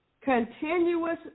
continuous